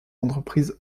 entreprises